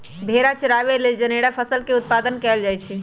भेड़ा चराबे लेल जनेरा फसल के उत्पादन कएल जाए छै